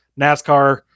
nascar